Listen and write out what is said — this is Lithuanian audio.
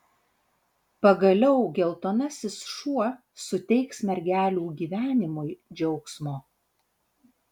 pagaliau geltonasis šuo suteiks mergelių gyvenimui džiaugsmo